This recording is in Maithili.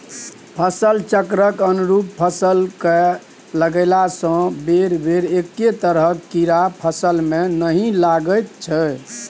फसल चक्रक अनुरूप फसल कए लगेलासँ बेरबेर एक्के तरहक कीड़ा फसलमे नहि लागैत छै